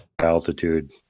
Altitude